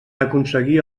aconseguir